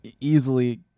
easily